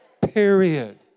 period